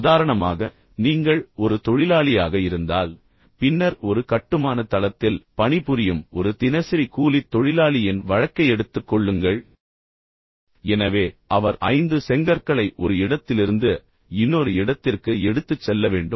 உதாரணமாக நீங்கள் ஒரு தொழிலாளியாக இருந்தால் பின்னர் ஒரு கட்டுமான தளத்தில் பணிபுரியும் ஒரு தினசரி கூலித் தொழிலாளியின் வழக்கை எடுத்துக் கொள்ளுங்கள் எனவே அவர் 5 செங்கற்களை ஒரு இடத்திலிருந்து இன்னொரு இடத்திற்கு எடுத்துச் செல்ல வேண்டும்